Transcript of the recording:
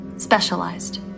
specialized